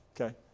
okay